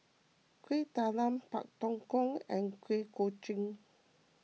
Kueh Talam Pak Thong Ko and Kuih Kochi